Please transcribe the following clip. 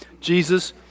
Jesus